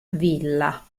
villa